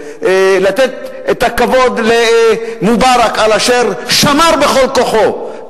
לתת את הכבוד למובארק על אשר שמר בכל כוחו,